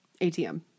ATM